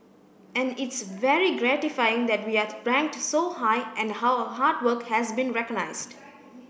and it's very gratifying that we are ranked so high and our hard work has been recognised